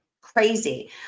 crazy